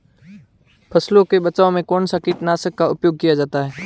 फसलों के बचाव में कौनसा कीटनाशक का उपयोग किया जाता है?